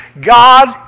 God